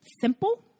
simple